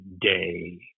day